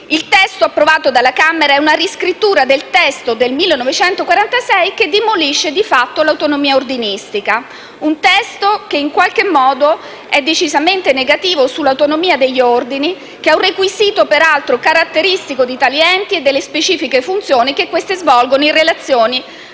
Il testo approvato dalla Camera è una riscrittura del testo del 1946 che demolisce, di fatto, l'autonomia ordinistica; un testo che in qualche modo è decisamente negativo sull'autonomia degli ordini, che è peraltro un requisito caratteristico di tali enti e delle specifiche funzioni che questi svolgono in relazione